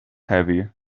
heavy